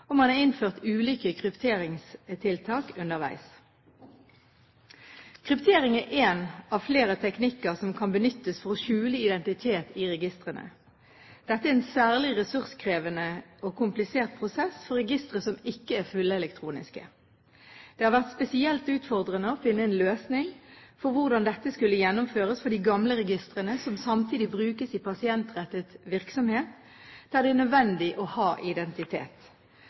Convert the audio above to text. og man har innført ulike krypteringstiltak underveis. Kryptering er en av flere teknikker som kan benyttes for å skjule identitet i registrene. Dette er en særlig ressurskrevende og komplisert prosess for registre som ikke er fullelektroniske. Det har vært spesielt utfordrende å finne en løsning for hvordan dette skulle gjennomføres for de gamle registrene som samtidig brukes i pasientrettet virksomhet der det er nødvendig å ha identitet.